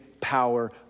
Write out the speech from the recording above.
power